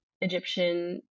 egyptian